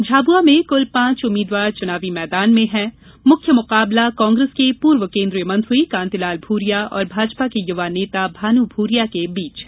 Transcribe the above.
झाबुआ में कुल पांच उम्मीदवार चुनाव मैदान में हैं मुख्य मुकाबला कांग्रेस के पूर्व केंद्रीय मंत्री कांतिलाल भूरिया और भाजपा के युवा नेता भानु भूरिया के बीच है